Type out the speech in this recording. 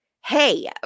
Hey